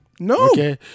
No